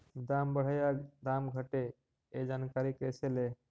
दाम बढ़े या दाम घटे ए जानकारी कैसे ले?